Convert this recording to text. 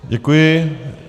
Děkuji.